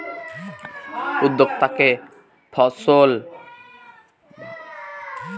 উদ্যক্তাকে সফল করার জন্য অনেক রকম উপায় আছে যেমন সামাজিক উদ্যোক্তা, ছোট ব্যবসা ইত্যাদি